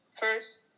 first